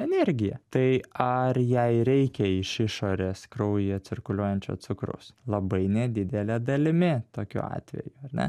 energija tai ar jai reikia iš išorės kraujyje cirkuliuojančio cukrus labai nedidele dalimi tokiu atveju ar ne